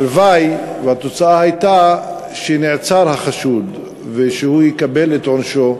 הלוואי שהתוצאה הייתה שנעצר החשוד ושהוא יקבל את עונשו,